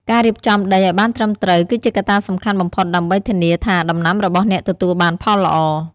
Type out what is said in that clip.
ការរៀបចំដីឱ្យបានត្រឹមត្រូវគឺជាកត្តាសំខាន់បំផុតដើម្បីធានាថាដំណាំរបស់អ្នកទទួលបានផលល្អ។